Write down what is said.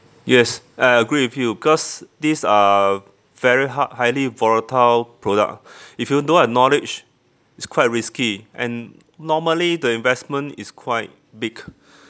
yes I agree with you cause these are very hi~ highly volatile product if you don't have knowledge it's quite risky and normally the investment is quite big